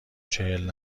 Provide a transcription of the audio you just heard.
چهل